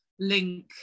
link